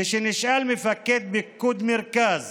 כשנשאל מפקד פיקוד מרכז